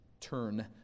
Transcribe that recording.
turn